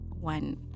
one